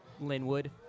Linwood